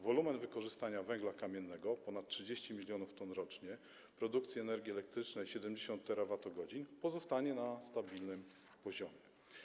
Wolumen wykorzystania węgla kamiennego - ponad 30 mln t rocznie, produkcji energii elektrycznej 70 TWh -pozostanie na stabilnym poziomie.